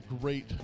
great